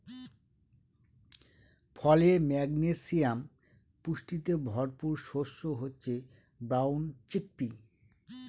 ফলে, ম্যাগনেসিয়াম পুষ্টিতে ভরপুর শস্য হচ্ছে ব্রাউন চিকপি